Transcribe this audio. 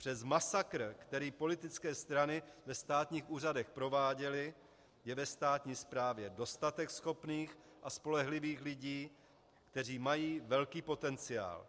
Přes masakr, který politické strany ve státních úřadech prováděly, je ve státní správě dostatek schopných a spolehlivých lidí, kteří mají velký potenciál.